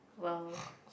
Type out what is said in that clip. well